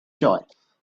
choice